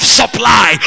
supply